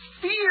fear